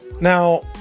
now